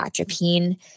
atropine